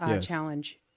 challenge